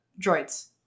droids